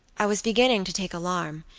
i was beginning to take alarm,